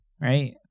Right